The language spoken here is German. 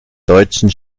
deutschen